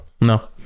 no